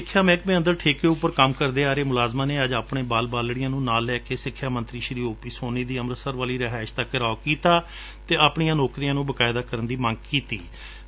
ਪੰਜਾਬ ਦੇ ਸਿਖਿਆ ਮਹਿਕਮੇ ਅੰਦਰ ਠੇਕੇ ਉਪਰ ਕੰਮ ਕਰਦੇ ਆ ਰਹੇ ਮੁਲਾਜ਼ਮਾ ਨੇ ਅੱਜ ਆਪਣੇ ਬਾਲ ਬਾਲਡੀਆ ਨੂੰ ਨਾਲ ਲੈ ਕੇ ਸਿਖਿਆ ਮੰਤਰੀ ਓ ਪੀ ਸੋਨੀ ਦੀ ਅੰਮਿੁਤਸਰ ਵਾਲੀ ਰਿਹਾਇਸ਼ ਦਾ ਘੇਰਾਉ ਕੀਤਾ ਅਤੇ ਆਪਣੀਆਂ ਨੌਕਰੀਆਂ ਨੁੰ ਬਕਾਇਦਾ ਕਰਨ ਦੀ ਮੰਗ ਕੀਡੀ